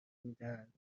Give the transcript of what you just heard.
میدهند